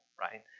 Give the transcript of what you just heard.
right